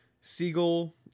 Siegel